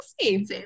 see